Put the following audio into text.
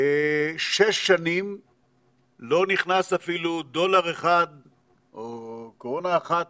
שש שנים לא נכנס אפילו דולר אחד או קורונה אחת